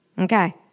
Okay